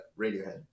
Radiohead